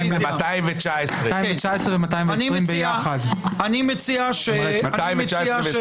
שלושה בעד, חמישה נגד, נמנע אחד.